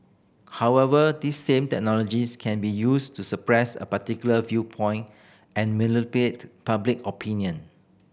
however this same technologies can be used to suppress a particular viewpoint and manipulate public opinion